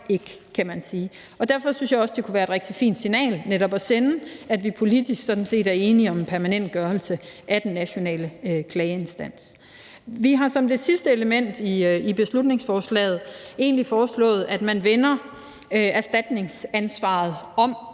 ikke, kan man sige. Derfor synes jeg også, det kunne være et rigtig fint signal netop at sende, at vi politisk sådan set er enige om en permanentgørelse af den nationale klageinstans. Vi har som det sidste element i beslutningsforslaget foreslået, at man vender erstatningsansvaret om